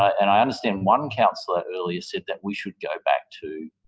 and i understand one councillor earlier said that we should go back to